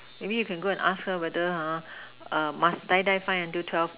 may be you can go and ask her whether !huh! must like die die find until twelve